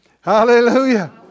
Hallelujah